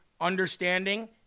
understanding